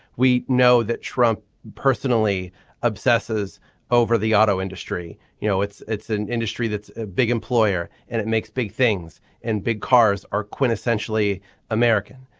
we know that trump personally obsesses over the auto industry you know it's it's an industry that's a big employer and it makes big things and big cars are quintessentially american.